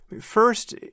First